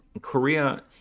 korea